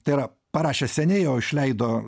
tai yra parašė seniai o išleido